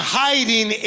hiding